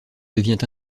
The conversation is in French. devient